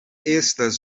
estas